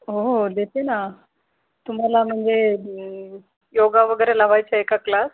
हो हो देते ना तुम्हाला म्हणजे योगा वगैरे लावायचा आहे का क्लास